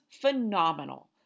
phenomenal